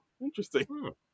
Interesting